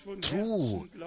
true